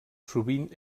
sovint